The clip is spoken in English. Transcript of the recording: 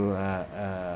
err err